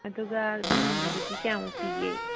ꯑꯗꯨꯒ ꯇꯨꯡꯍꯟꯕꯤꯗꯨꯗꯤ ꯀꯌꯥꯃꯨꯛ ꯄꯤꯕꯒꯦ